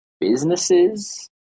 businesses